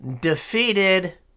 defeated